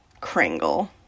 Kringle